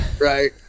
Right